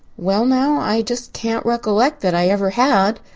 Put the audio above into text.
well now, i just can't recollect that i ever had.